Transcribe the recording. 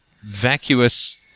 vacuous